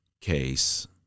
Case